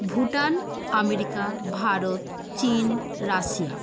Bhutan America Bharat চীন Russia